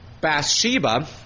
Bathsheba